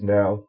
now